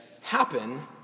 happen